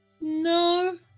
No